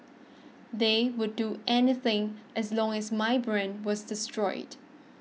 they would do anything as long as my brand was destroyed